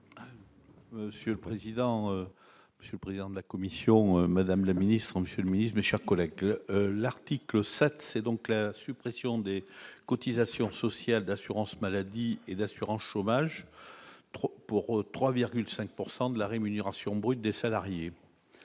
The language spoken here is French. Monsieur le président je suis président de la commission, Madame la Ministre, Monsieur le ministre, chers collègues, que l'article 7 c'est donc la suppression des cotisations sociales d'assurance-maladie et l'assurance chômage 3 pour 3,5 pourcent de de la rémunération brute des salariés